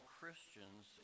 Christians